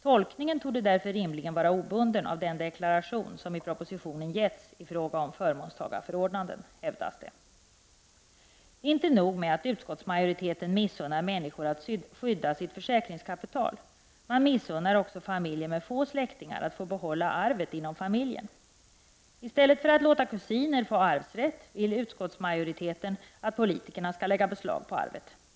Tolkningen torde därför rimligen vara obunden av den deklaration som i propositionen getts i fråga om förmånstagarförordnanden, hävdas det. Inte nog med att utskottsmajoriten missunnar människor att skydda sitt försäkringskapital, man missunnar också familjer med få släktingar att få behålla arvet inom familjen. I stället för att låta kusiner få arvsrätt vill utskottsmajoriteten att politikerna skall lägga beslag på arvet.